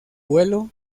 vuelo